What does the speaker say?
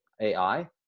AI